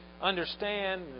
understand